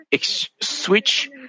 switch